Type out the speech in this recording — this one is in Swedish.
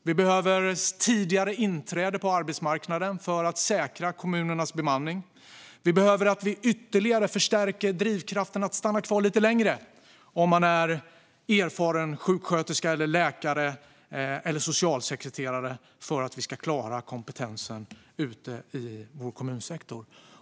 Vi behöver tidigare inträde på arbetsmarknaden för att säkra kommunernas bemanning. Vi behöver ytterligare förstärka drivkrafterna att stanna kvar lite längre för dem som är erfarna sjuksköterskor, läkare eller socialsekreterare för att vi ska klara kompetensen ute i vår kommunsektor.